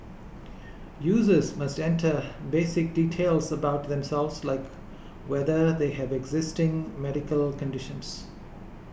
users must enter basic details about themselves like whether they have existing medical conditions